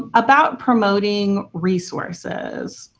ah about promoting resources.